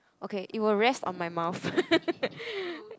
okay it will rest on my mouth